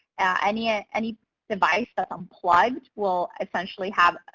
any ah any device that's unplugged will essentially have,